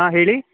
ಹಾಂ ಹೇಳಿ